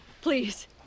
Please